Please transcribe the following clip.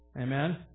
Amen